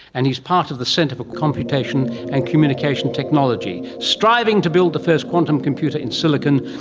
and he is part of the centre for computation and communication technology, striving to build the first quantum computer in silicon,